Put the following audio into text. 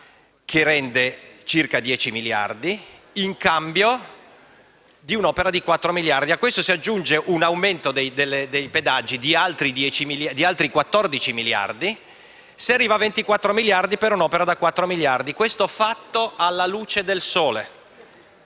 che rende circa 10 miliardi di euro, in cambio di un'opera di 4 miliardi di euro. A questo si aggiunge un aumento dei pedaggi di altri 14 miliardi di euro e si arriva a 24 miliardi per un'opera da 4 miliardi; il tutto fatto alla luce del sole.